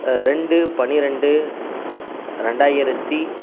ரெண்டு பனிரெண்டு ரெண்டாயிரத்தி